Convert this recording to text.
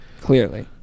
Clearly